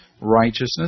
righteousness